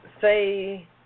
say